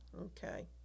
okay